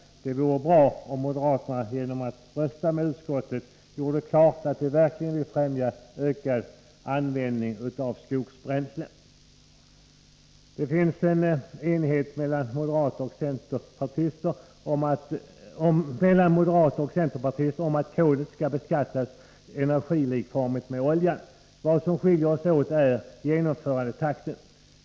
Det vore bra om moderaterna genom att rösta med utskottet gjorde klart att de verkligen vill främja ökad användning av skogsbränsle. Det finns en enighet mellan moderater och centerpartister om att kolet skall beskattas energilikformigt med oljan. Vad som skiljer oss åt är genomförandetakten.